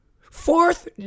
fourth